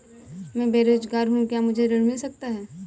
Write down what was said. मैं बेरोजगार हूँ क्या मुझे ऋण मिल सकता है?